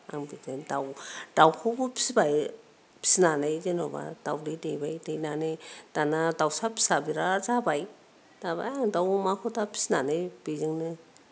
आं बिदिनो दाउखौबो फिसिबाय फिसिनानै जेनेबा दावदै दैबाय दैनानै दाना दाउसा फिसा बिराद जाबाय दाबा दाउ अमाखौ दा फिसिनानै बेजोंनो